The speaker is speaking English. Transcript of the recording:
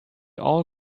all